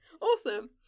awesome